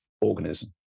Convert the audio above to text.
organism